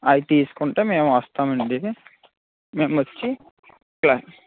అవి తీసుకుంటే మేము వస్తామండి మేమొచ్చి